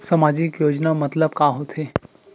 सामजिक योजना मतलब का होथे?